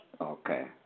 Okay